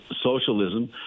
socialism